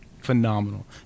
phenomenal